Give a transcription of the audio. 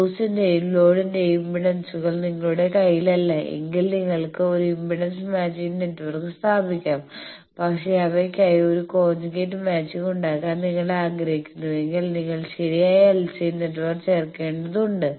സോഴ്സന്റെയും ലോഡന്റെയും ഇംപെഡൻസുകൾ നിങ്ങളുടെ കൈയിലില്ല എങ്കിൽ നിങ്ങൾക്ക് ഒരു ഇംപെഡൻസ് മാച്ചിംഗ് നെറ്റ്വർക്ക് സ്ഥാപിക്കാം പക്ഷേ അവയ്ക്കായി ഒരു കോഞ്ചുഗേറ്റ് മാച്ചിങ് ഉണ്ടാകാൻ നിങ്ങൾ ആഗ്രഹിക്കുന്നുവെങ്കിൽ നിങ്ങൾ ശരിയായ LC നെറ്റ്വർക്ക് ചേർക്കേണ്ടതുണ്ട്